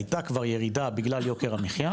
הייתה כבר ירידה בגלל יוקר המחייה,